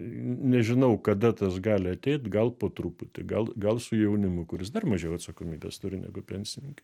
nežinau kada tas gali ateit gal po truputį gal gal su jaunimu kuris dar mažiau atsakomybės turi negu pensininkai